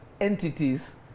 entities